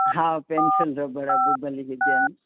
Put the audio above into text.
हा पैंसिल रबड़ बि भली हुजनि